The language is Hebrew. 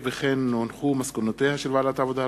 מסקנות ועדת העבודה,